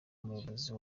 umuyobozi